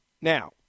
Now